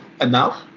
enough